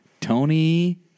Tony